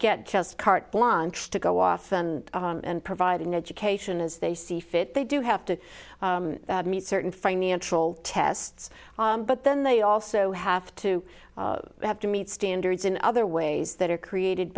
get just carte blanche to go off and on and providing education as they see fit they do have to meet certain financial tests but then they also have to have to meet standards in other ways that are created